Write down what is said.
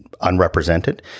unrepresented